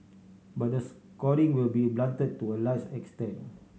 but the scoring will be blunted to a large extent